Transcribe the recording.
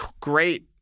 great